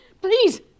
Please